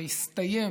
ויסתיים,